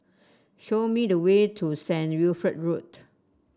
show me the way to Saint Wilfred Road